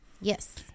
Yes